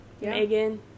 Megan